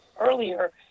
earlier